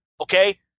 Okay